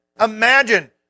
imagine